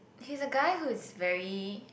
he's a guy whose very